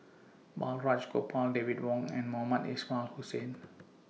Balraj Gopal David Wong and Mohamed Ismail Hussain